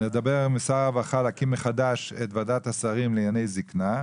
נדבר עם משרד הרווחה על מנת להקים מחדש את ועדת השרים לענייני זקנה,